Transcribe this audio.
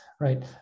right